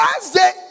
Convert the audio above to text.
Thursday